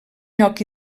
lloc